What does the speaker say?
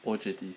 O_C_S